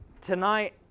Tonight